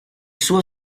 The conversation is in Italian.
suo